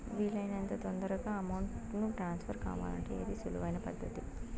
వీలు అయినంత తొందరగా అమౌంట్ ను ట్రాన్స్ఫర్ కావాలంటే ఏది సులువు అయిన పద్దతి